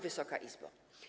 Wysoka Izbo!